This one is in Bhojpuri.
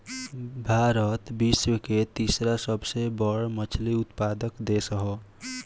भारत विश्व के तीसरा सबसे बड़ मछली उत्पादक देश ह